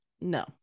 No